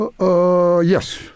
Yes